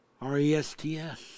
R-E-S-T-S